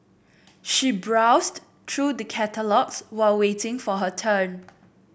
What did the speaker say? she browsed through the catalogues while waiting for her turn